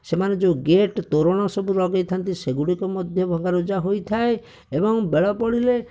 ସେମାନେ ଯୋଉ ଗେଟ୍ ତୋରଣ ସବୁ ଲଗେଇଥାନ୍ତି ସେଗୁଡ଼ିକ ମଧ୍ୟ ଭଙ୍ଗାରୁଜା ହୋଇଥାଏ ଏବଂ ବେଳ ପଡ଼ିଲେ